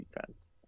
defense